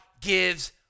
gives